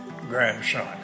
grandson